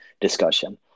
discussion